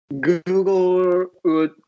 Google